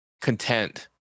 content